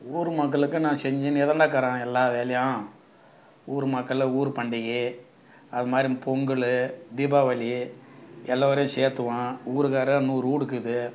ஊர் மக்களுக்கு நான் செஞ்சுன்னே தானுக்கிறேன் எல்லா வேலையும் ஊர் மக்களை ஊர் பண்டிகை அதுமாதிரி பொங்கல் தீபாவளி எல்லோரையும் சேத்துடுவோம் ஊருக்காரே நூறு வீடுக்குது